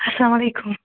اسلام علیکُم